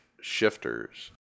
shifters